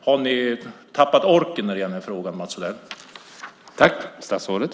Har ni tappat orken när det gäller den här frågan, Mats Odell?